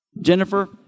Jennifer